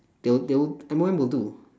they will they will M_O_M will do